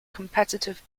competitive